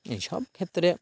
এই সব ক্ষেত্রে